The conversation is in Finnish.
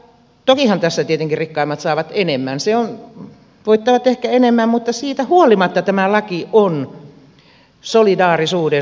tokihan tässä tietenkin rikkaimmat saavat enemmän voittavat ehkä enemmän mutta siitä huolimatta tämä laki on solidaarisuuden suuntainen